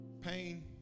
Pain